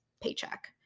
paycheck